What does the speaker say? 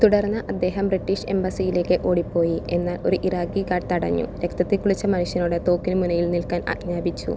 തുടർന്ന് അദ്ദേഹം ബ്രിട്ടീഷ് എംബസിയിലേക്ക് ഓടിപ്പോയി എന്ന് ഒരു ഇറാഖി ഗാർഡ് തടഞ്ഞു രക്തത്തിൽ കുളിച്ച മനുഷ്യനോട് തോക്കിന് മുനയിൽ നിൽക്കാൻ ആജ്ഞാപിച്ചു